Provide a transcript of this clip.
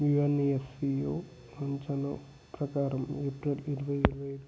UNFCO అంచనా ప్రకారం April ఇరవై ఇరవై